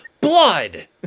blood